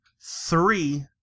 three